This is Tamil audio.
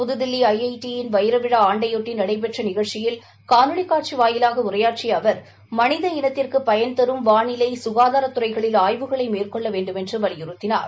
புதுதில்லி ஐ ஐ டி யின் வைரவிழா ஆண்டைபொட்டி நடைபெற்ற நிகழ்ச்சியில் காணொலி காட்சி வாயிலாக உரையாற்றிய அவர் மனித இனத்திற்கு பயன்தரும் வானிலை சுகதாரத் துறைகளில் ஆய்வுகளை மேற்கொள்ள வேண்டுமென்று வலியுறுத்தினார்